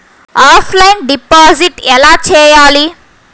Offline deposit ఎలా చేయాలి?